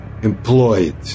employed